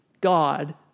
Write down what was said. God